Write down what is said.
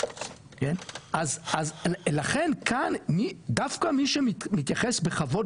אז לכן כאן דווקא מי שמתייחס בכבוד